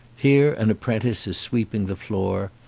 here an apprentice is sweeping the floor,